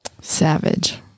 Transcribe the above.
Savage